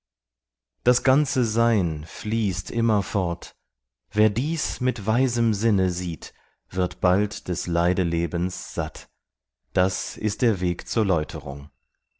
das ganze sein fließt immerfort wer dies mit weisem sinne sieht wird bald des leidelebens satt das ist der weg zur läuterung